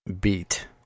beat